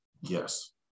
Yes